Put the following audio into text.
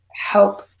help